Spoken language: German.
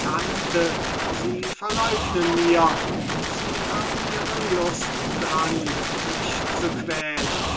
tante sie verleugnen mir sie haben ihre lust dran mich zu quälen